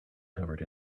covered